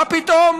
מה פתאום?